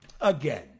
again